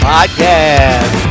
Podcast